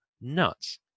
nuts